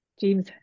James